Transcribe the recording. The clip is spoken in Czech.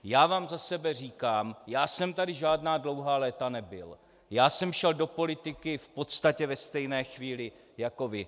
Já vám za sebe říkám, já jsem tady žádná dlouhá léta nebyl, já jsem šel do politiky v podstatě ve stejné chvíli jako vy.